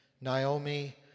Naomi